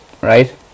right